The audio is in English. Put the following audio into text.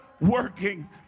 working